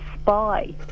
spy